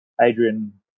Adrian